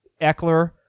Eckler